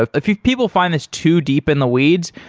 ah people find these too deep in the weeds,